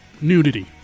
nudity